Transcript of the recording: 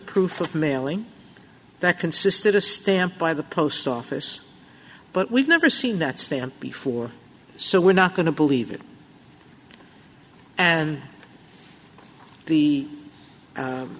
proof of mailing that consisted of stamped by the post office but we've never seen that stamp before so we're not going to believe it and the